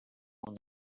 upon